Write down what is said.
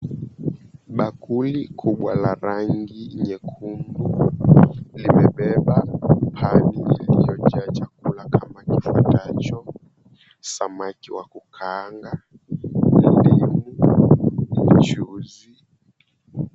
Bakuli kubwa la rangi nyekundu limebeba pani lililojaa chakula kama kifuatacho, samaki wakukaanga, ndimu, mchuzi.